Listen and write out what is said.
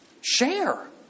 Share